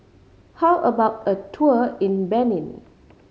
how about a tour in Benin